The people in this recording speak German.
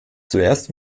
zuerst